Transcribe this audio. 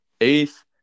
eighth